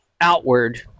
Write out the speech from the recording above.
outward –